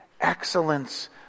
excellence